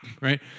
right